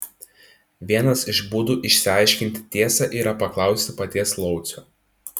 vienas iš būdų išsiaiškinti tiesą yra paklausti paties laucio